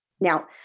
Now